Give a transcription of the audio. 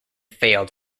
failed